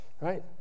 Right